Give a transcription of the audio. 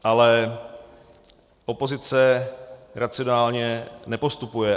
Ale opozice racionálně nepostupuje.